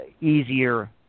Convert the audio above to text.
easier